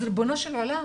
אז ריבונו של עולם,